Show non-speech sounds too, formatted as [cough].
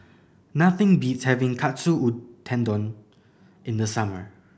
nothing beats having Katsu [unintelligible] Tendon in the summer